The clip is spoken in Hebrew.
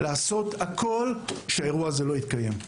לעשות הכול כדי שהאירוע הזה לא יתקיים.